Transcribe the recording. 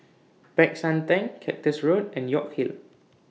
Peck San Theng Cactus Road and York Hill